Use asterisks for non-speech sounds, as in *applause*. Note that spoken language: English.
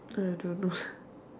I don't know *breath*